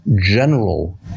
general